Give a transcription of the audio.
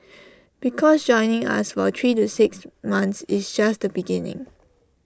because joining us for three to six months is just the beginning